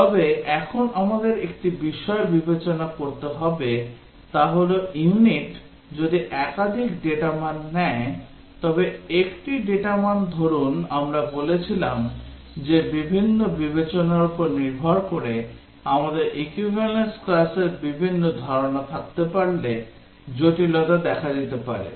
তবে এখন আমাদের একটি বিষয় বিবেচনা করতে হবে তা হল ইউনিট যদি একাধিক ডেটা মান নেয় তবে একটি ডেটা মান ধরুন আমরা বলেছিলাম যে বিভিন্ন বিবেচনার উপর নির্ভর করে আমাদের equivalence classর বিভিন্ন ধারণা থাকতে পারলে জটিলতা দেখা দিতে পারে